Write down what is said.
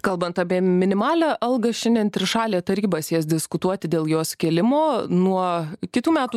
kalbant apie minimalią algą šiandien trišalė taryba sies diskutuoti dėl jos kėlimo nuo kitų metų